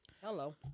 Hello